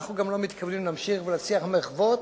אנחנו גם לא מתכוונים להמשיך ולהציע מחוות,